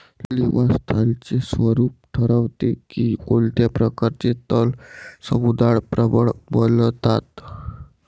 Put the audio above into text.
निवास स्थानाचे स्वरूप ठरवते की कोणत्या प्रकारचे तण समुदाय प्रबळ बनतात